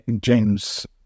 James